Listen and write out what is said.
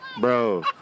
Bro